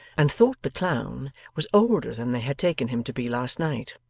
and thought the clown was older than they had taken him to be last night?